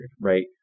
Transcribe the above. right